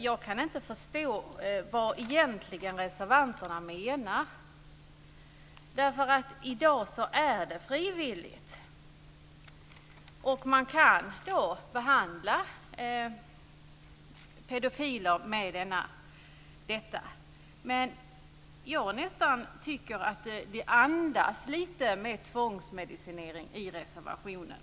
Jag kan inte förstå vad reservanterna egentligen menar, därför att i dag är det frivilligt. Man kan i dag behandla pedofiler med denna metod. Men jag tycker nästan att det andas mer tvångsmedicinering i reservationen.